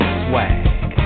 swag